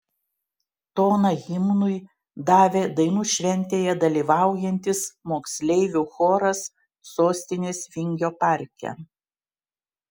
toną himnui davė dainų šventėje dalyvaujantis moksleivių choras sostinės vingio parke